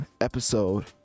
episode